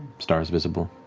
stars visible.